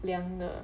凉的